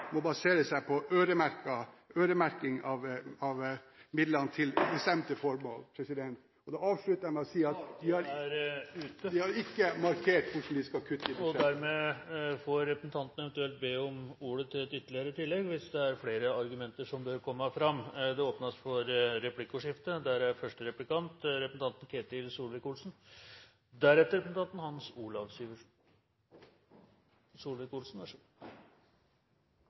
må basere seg på øremerking av midlene til bestemte formål. Da avslutter jeg med å si at de ikke har markert hvordan de skal kutte i budsjett … Taletiden er ute, og dermed får representanten eventuelt be om ordet til ytterligere et innlegg hvis det er flere argumenter som bør komme fram. Det åpnes for replikkordskifte.